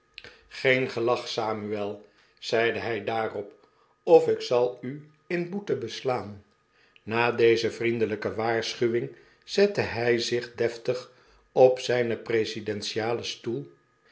gleen gelach samuel zeide hy daarop of ik zal u in boete beslaan na deze vriendelgke waarschuwing zette by zich deftig op zynen presidentialen stoel